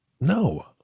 No